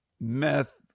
meth